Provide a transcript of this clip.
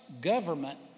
government